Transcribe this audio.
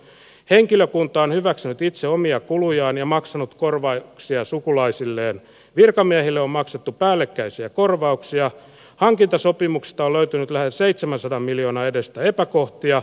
henkilökunta on hyväksynyt itse omia kulujaan ja maksanut korvauksia sukulaisille ja virkamiehille on maksettu päällekkäisiä korvauksia hankintasopimuksesta löytynyt lähes seitsemänsataa miljoonan edestä epäkohtia